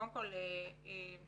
קודם כל, תודה